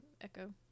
Echo